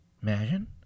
Imagine